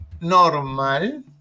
normal